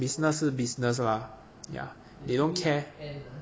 businesses 是 business lah ya they don't care